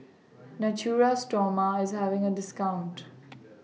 Natura Stoma IS having A discount